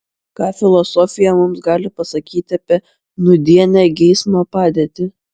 ką filosofija mums gali pasakyti apie nūdienę geismo padėtį